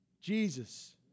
Jesus